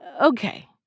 okay